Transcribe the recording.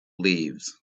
leaves